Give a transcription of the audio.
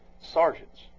sergeants